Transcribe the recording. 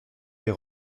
les